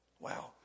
Wow